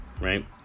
right